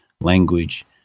language